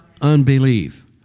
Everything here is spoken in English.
unbelief